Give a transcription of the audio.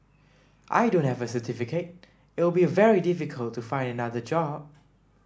I don't have a certificate it'll be very difficult to find another job